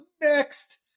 next